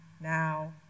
now